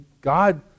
God